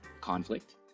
conflict